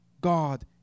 God